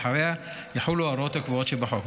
ואחריה יחולו ההוראות הקבועות שבחוק.